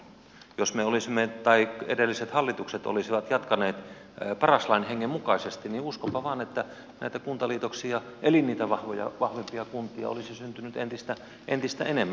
jos edelliset hallitukset olisivat jatkaneet paras lain hengen mukaisesti niin uskonpa vain että näitä kuntaliitoksia eli niitä vahvempia kuntia olisi syntynyt entistä enemmän